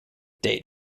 date